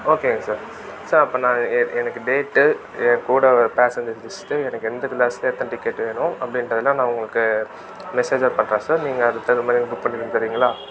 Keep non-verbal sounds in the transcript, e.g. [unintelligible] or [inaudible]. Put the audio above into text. okay sir sir அப்போ நான் எ எனக்கு டேட்டு என் கூட வர பேஸஞ்சர் லிஸ்ட்டு எனக்கு எந்த [unintelligible] எத்தனை டிக்கெட் வேணும் அப்படின்றதலாம் நான் உங்களுக்கு மெசேஜாக பண்ணுறேன் சார் நீங்கள் அதுக்கு தகுந்த மாதிரி எனக்கு புக் பண்ணித் தரீங்களா